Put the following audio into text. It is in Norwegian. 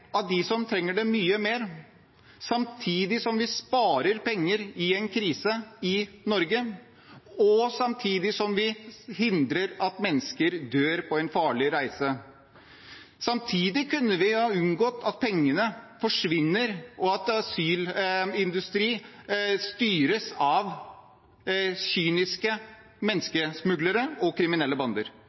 av dem som trenger det, mye mer, samtidig som vi sparer penger i en krise i Norge – og samtidig som vi hindrer at mennesker dør på en farlig reise. Samtidig kunne vi ha unngått at pengene forsvinner, og at asylindustri styres av kyniske menneskesmuglere og kriminelle bander.